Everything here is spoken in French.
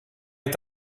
est